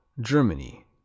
Germany